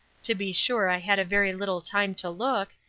to be sure i had very little time to look,